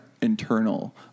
internal